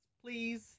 Please